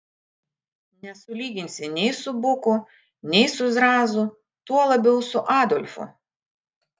nesulyginsi nei su buku nei su zrazu tuo labiau su adolfu